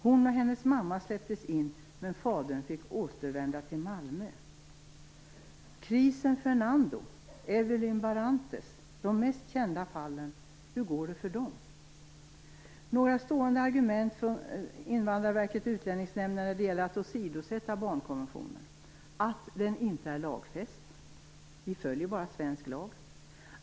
Hon och hennes mamma släpptes in, men fadern fick återvända till Malmö. Chrisen Fernando, Evelyn Barrantes, de mest kända fallen - hur går det för dem? Invandrarverket och Utlänningsnämnden har några stående argument när det gäller att åsidosätta barnkonventionen: att den inte är lagfäst - "Vi följer bara svensk lag.